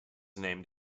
named